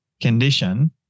condition